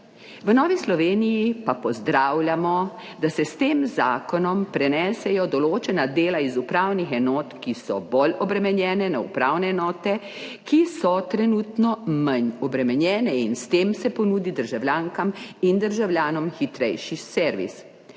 V Novi Sloveniji pa pozdravljamo, da se s tem zakonom prenesejo določena dela iz upravnih enot, ki so bolj obremenjene, na upravne enote, ki so trenutno manj obremenjene in s tem se ponudi državljankam in državljanom hitrejši servis.